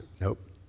Nope